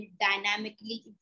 dynamically